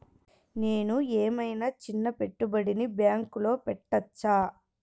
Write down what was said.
నేను ఏమయినా చిన్న పెట్టుబడిని బ్యాంక్లో పెట్టచ్చా?